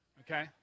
okay